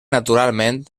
naturalment